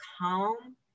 calm